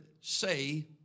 say